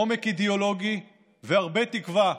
עומק אידיאולוגי והרבה תקווה,